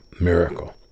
miracle